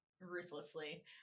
ruthlessly